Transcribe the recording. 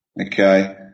Okay